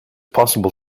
possible